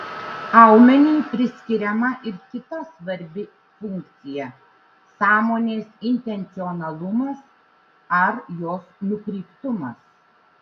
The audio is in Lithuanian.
aumeniui priskiriama ir kita svarbi funkcija sąmonės intencionalumas ar jos nukreiptumas